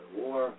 war